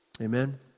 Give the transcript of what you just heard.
Amen